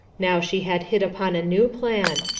now she had hit upon a new plan.